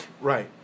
Right